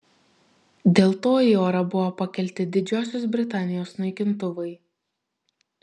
dėl to į orą buvo pakelti didžiosios britanijos naikintuvai